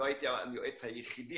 לא הייתי היועץ היחידי,